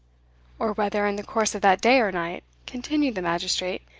or whether, in the course of that day or night, continued the magistrate,